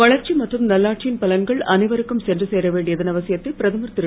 வளர்ச்சி மற்றும் நல்லாட்சியின் பலன்கள் அனைவருக்கும் சென்று சேர வேண்டியதன் அவசியத்தை பிரதமர் திரு